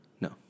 no